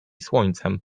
słońcem